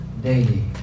daily